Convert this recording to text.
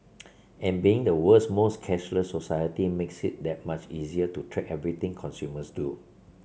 and being the world's most cashless society makes it that much easier to track everything consumers do